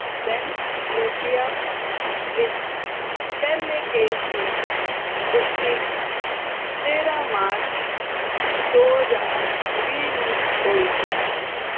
Saint Lucia ਵਿੱਚ ਪਹਿਲੇ case ਦੀ ਪੁਸ਼ਟੀ ਤੇਰ੍ਹਾਂ ਮਾਰਚ ਦੋ ਹਜ਼ਾਰ ਵੀਹ ਨੂੰ ਹੋਈ ਸੀ